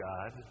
God